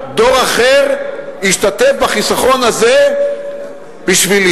דור אחר ישתתף בחיסכון הזה בשבילי,